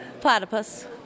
Platypus